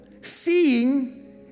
seeing